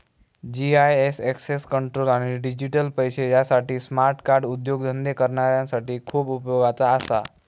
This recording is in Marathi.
जी.आय.एस एक्सेस कंट्रोल आणि डिजिटल पैशे यासाठी स्मार्ट कार्ड उद्योगधंदे करणाऱ्यांसाठी खूप उपयोगाचा असा